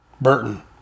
Burton